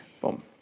boom